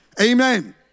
Amen